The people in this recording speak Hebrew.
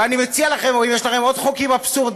ואני מציע לכם, אם יש לכם עוד חוקים אבסורדיים,